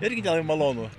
irgi gal nemalonu